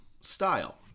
style